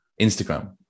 instagram